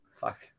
fuck